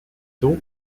tôt